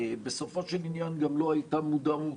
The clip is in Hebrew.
שבסופו של עניין גם לא הייתה מודעות.